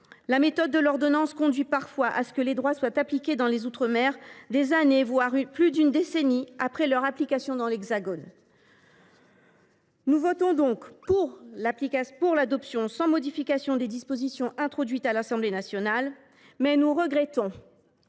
La méthode de l’ordonnance conduit parfois à ce que les droits soient effectifs dans les outre mer des années, voire plus d’une décennie, après leur application dans l’Hexagone. Nous voterons donc pour l’adoption sans modification des dispositions introduites à l’Assemblée nationale, mais nous regrettons